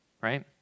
right